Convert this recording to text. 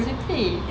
that's the thing